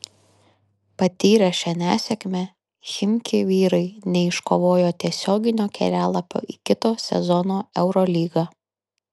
patyrę šią nesėkmę chimki vyrai neiškovojo tiesioginio kelialapio į kito sezono eurolygą